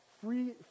free